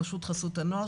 בראשות חסות הנוער,